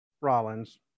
Rollins